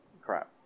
crap